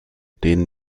denen